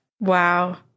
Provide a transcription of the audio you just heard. Wow